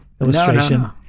illustration